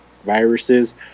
viruses